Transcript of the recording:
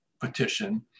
petition